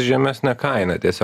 žemesne kaina tiesiog